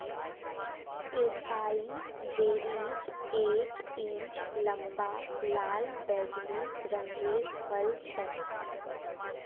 एसाई berries एक inch लंबा लाल बैंगनी रंगेर फल छे